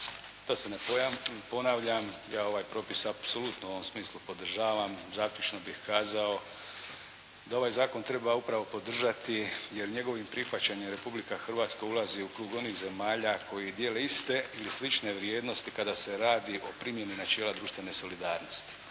Da se ne ponavljam ja ovaj propis apsolutno u ovom smislu podržavam. Zaključno bih kazao da ovaj zakon treba upravo podržati jer njegovim prihvaćanjem Republika Hrvatska ulazi u krug onih zemalja koji dijele iste ili slične vrijednosti kada se radi o primjeni načela društvene solidarnosti.